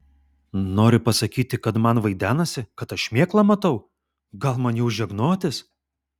nori pasakyti kad man vaidenasi kad aš šmėklą matau gal man jau žegnotis